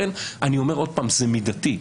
אני אומר שוב שזה מידתי.